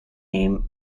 aim